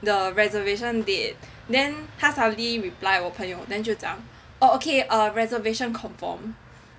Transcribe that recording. the reservation date then 他 suddenly reply 我朋友 oh ok reservation confirm